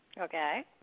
Okay